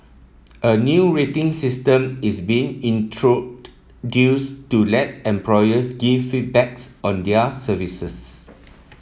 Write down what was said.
a new rating system is being introduced to let employers give feedbacks on their services